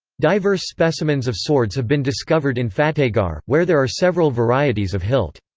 diverse specimens of swords have been discovered in fatehgarh, where there are several varieties of hilt.